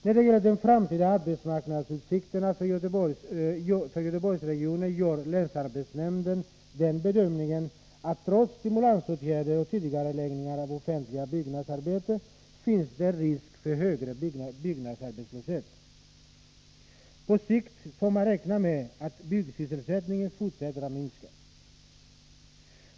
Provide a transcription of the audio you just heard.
När det gäller de framtida arbetsmarknadsutsikterna för Göteborgsregionen gör länsarbetsnämnden den bedömningen, att trots stimulansåtgärder och tidigareläggning av offentliga byggnadsarbeten finns det risk för högre byggarbetslöshet. På sikt får man räkna med att byggsysselsättningen fortsätter att minska.